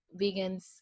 vegans